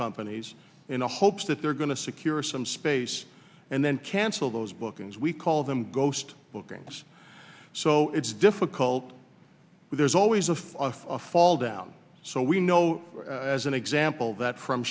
companies in the hopes that they're going to secure some space and then cancel those bookings we call them ghost bookings so it's difficult there's always of fall down so we know as an example that from